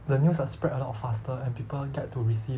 the news are spread a lot faster and people get to receive